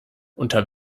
unter